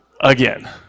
again